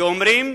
ואומרים: